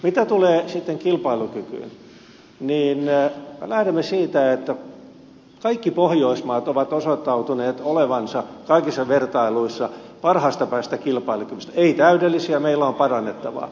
mitä sitten tulee kilpailukykyyn me lähdemme siitä että kaikki pohjoismaat ovat osoittaneet olevansa kaikissa vertailuissa parhaasta päästä kilpailukyvyssä eivät täydellisiä meillä on parannettavaa